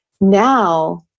Now